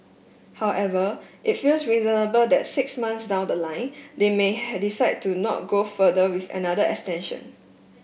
however it feels reasonable that six months down the line they may had decide to not go further with another extension